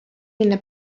minna